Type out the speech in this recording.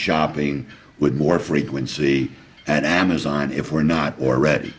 shopping with more frequency and amazon if we're not already